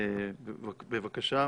בבקשה.